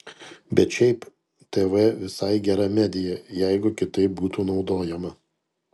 bet šiaip tv visai gera medija jeigu kitaip būtų naudojama